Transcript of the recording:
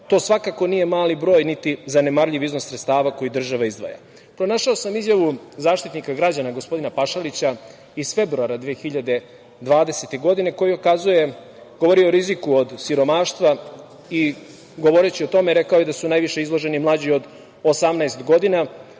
To svakako nije mali broj niti zanemarljiv iznos sredstava koje država izdvaja. Pronašao sam izjavu Zaštitnika građana, gospodina Pašalića, iz februara 2020. godine koji ukazuje, govori o riziku od siromaštva i govoreći o tome rekao je da su najviše izloženi mlađi od 18 godina,